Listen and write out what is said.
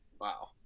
Wow